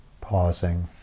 Pausing